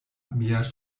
mia